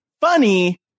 funny